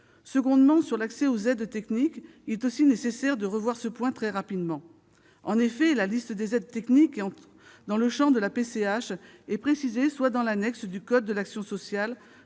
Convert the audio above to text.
Deuxièmement, sur l'accès aux aides techniques, il est aussi nécessaire de revoir ce point très rapidement. En effet, la liste des aides techniques qui entrent dans le champ de la PCH est précisée soit dans l'annexe du code de l'action sociale,